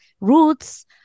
roots